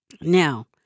Now